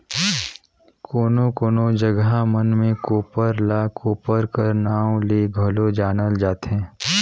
कोनो कोनो जगहा मन मे कोप्पर ल कोपर कर नाव ले घलो जानल जाथे